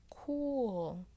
cool